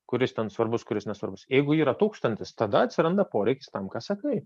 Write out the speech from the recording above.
kuris ten svarbus kuris nesvarbus jeigu yra tūkstantis tada atsiranda poreikis tam ką sakai